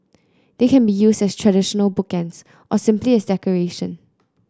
they can be used as traditional bookends or simply as decoration